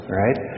right